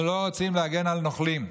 אנחנו לא רוצים להגן על נוכלים.